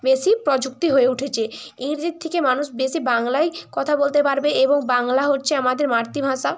বেশি প্রযুক্তি হয়ে উঠেছে ইংরেজির থেকে মানুষ বেশি বাংলায় কথা বলতে পারবে এবং বাংলা হচ্ছে আমাদের মাতৃভাষা